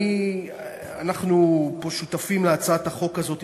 אנחנו פה שותפים להצעת החוק הזו,